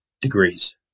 degrees